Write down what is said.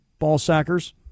Ballsackers